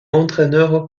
entraîneur